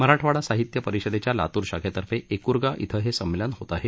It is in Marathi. मराठवाडा साहित्य परिषदेच्या लातूर शाखेतर्फे एकूरगा इथं हे संमेलन होत आहे